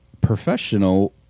professional